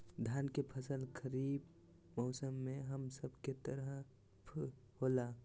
धान के फसल खरीफ मौसम में हम सब के तरफ होला